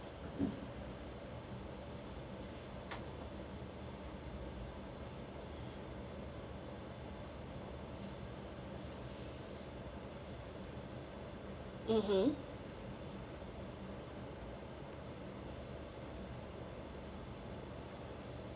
mmhmm